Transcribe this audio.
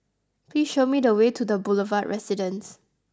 please show me the way to the Boulevard Residence